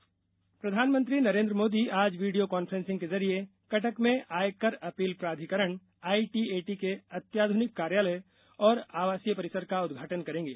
Modi ITAT प्रधानमंत्री नरेन्द्र मोदी आज video conferencing के जरिए कटक में आयकर अपील प्राधिकरण आईटीएटी के अत्यााध्निक कार्यालय और आवासीय परिसर का उदघाटन करेंगे